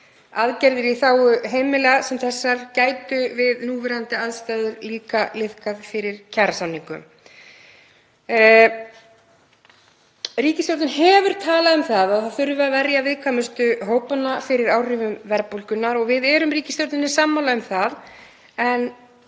þessar í þágu heimila gætu við núverandi aðstæður líka liðkað fyrir kjarasamningum. Ríkisstjórnin hefur talað um að það þurfi að verja viðkvæmustu hópana fyrir áhrifum verðbólgunnar og við erum ríkisstjórninni sammála um það. En